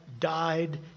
died